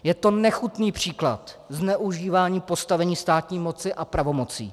Je to nechutný příklad zneužívání postavení státní moci a pravomocí.